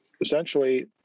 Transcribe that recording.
essentially